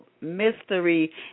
mystery